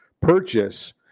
purchase